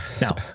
Now